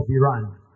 Iran